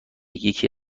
یکی